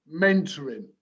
mentoring